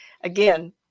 again